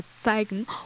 zeigen